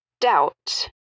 Doubt